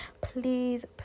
please